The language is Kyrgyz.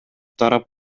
тарап